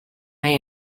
may